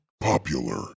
Popular